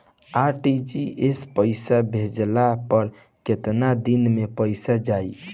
RTGS से पईसा भेजला पर केतना दिन मे पईसा जाई?